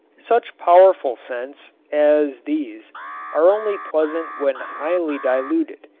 such powerful scents as these are only pleasant when highly diluted,